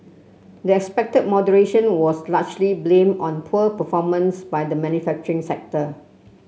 the expected moderation was largely blamed on poor performance by the manufacturing sector